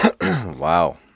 Wow